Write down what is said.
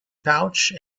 pouch